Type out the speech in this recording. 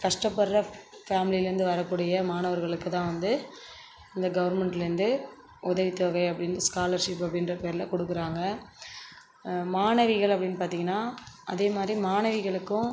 கஷ்டப்படற ஃபேமிலிலேருந்து வரக்கூடிய மாணவர்களுக்கு தான் வந்து இந்த கவர்ன்மெண்ட்லேருந்து உதவித் தொகை அப்படினு ஸ்காலர்ஷிப் அப்படின்ற பேரில் கொடுக்கறாங்க மாணவிகள் அப்படினு பார்த்திங்கனா அதே மாதிரி மாணவிகளுக்கும்